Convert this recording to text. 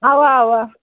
اوا اوا